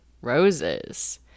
roses